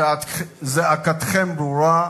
זעקתכם ברורה,